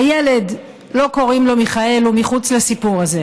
הילד, לא קוראים לו מיכאל, הוא מחוץ לסיפור הזה,